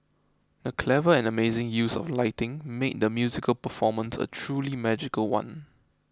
the clever and amazing use of lighting made the musical performance a truly magical one